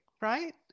right